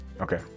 Okay